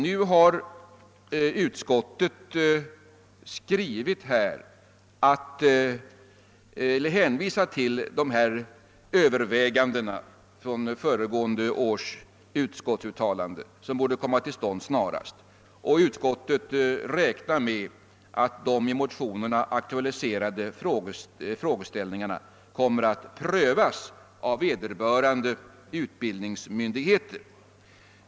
Nu har utskottet hänvisat till övervägandena i föregående års utskottsuttalande och räknar med att de i motionerna aktualiserade frågorna kommer att prövas av vederbörande utbildningsmyndigheter.